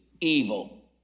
evil